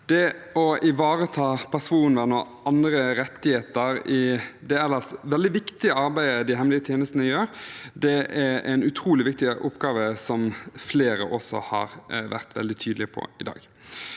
Å ivareta personvern og andre rettigheter i det ellers veldig viktige arbeidet de hemmelige tjenestene gjør, er en utrolig viktig oppgave, som flere andre også har vært veldig tydelig på her i dag.